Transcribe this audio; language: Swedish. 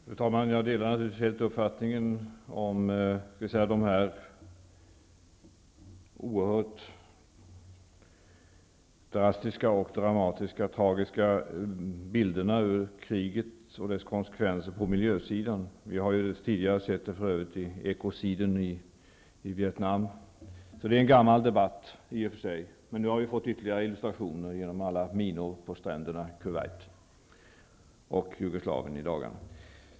Fru talman! Jag delar naturligtvis helt uppfattningen om de oerhört drastiska, dramatiska och tragiska bilderna ur kriget och konsekvenserna på miljön. Vi har för övrigt tidigare sett detta i ekociden i Vietnam. Det är alltså i och för sig en gammal debatt. Men nu har vi fått ytterligare illustrationer genom alla bilder på minor på stränderna i Kuwait och från Jugoslavien i dagarna.